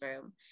room